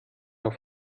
auf